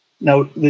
Now